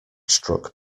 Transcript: struck